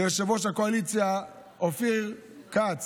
ליושב-ראש הקואליציה אופיר כץ,